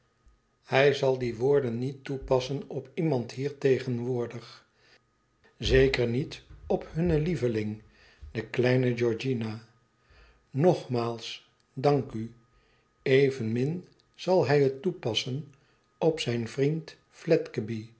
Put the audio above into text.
hij zal die woorden niet toepassen op iemand hier tegenwoordig zekerlijk niet op hunne lieve ling de kleine georgiana nogmaals dank u evenmin zal hij het to passen op zijn vriend